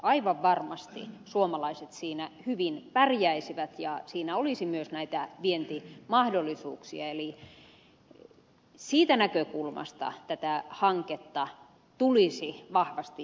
aivan varmasti suomalaiset siinä hyvin pärjäisivät ja siinä olisi myös näitä vientimahdollisuuksia eli siitä näkökulmasta tätä hanketta tulisi vahvasti edistää